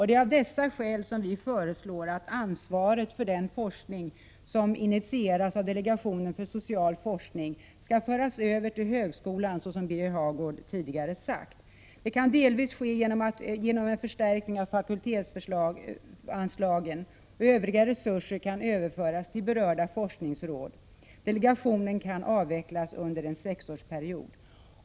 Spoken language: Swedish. Det är av dessa skäl som vi föreslår att ansvaret för den forskning som initieras av delegationen för social forskning skall föras över till högskolan, såsom Birger Hagård tidigare sagt. Det kan delvis ske genom en förstärkning av fakultetsanslagen. Övriga resurser kan överföras till berörda forskningsråd. Delegationen kan avvecklas under en sexårsperiod.